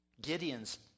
Gideon's